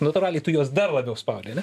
natūraliai tu juos dar labiau spaudi ane